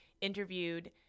interviewed